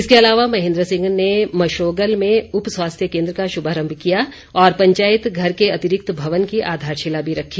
इसके अलावा महेंद्र सिंह ने मशोगल में उप स्वास्थ्य केंद्र का शुभारम्भ किया और पंचायत घर के अतिरिक्त भवन की आधारशिला भी रखी